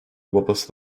babası